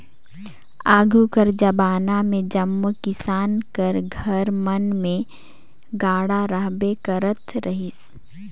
आघु कर जबाना मे जम्मो किसान कर घर मन मे गाड़ा रहबे करत रहिस